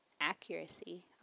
accuracy